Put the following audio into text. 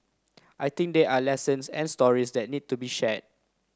I think there are lessons and stories that need to be share